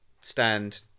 stand